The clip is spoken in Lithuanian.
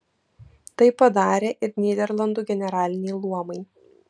tai padarė ir nyderlandų generaliniai luomai